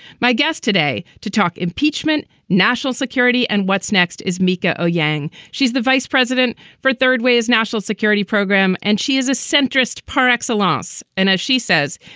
my guest today to talk impeachment. national security. and what's next is mika owyang. she's the vice president for third way, his national security program. and she is a centrist par excellence. and as she says,